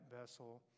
vessel